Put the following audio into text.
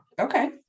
Okay